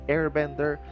Airbender